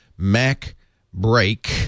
MacBreak